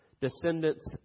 descendants